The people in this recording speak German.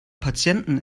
patienten